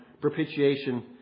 propitiation